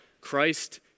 Christ